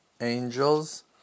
angels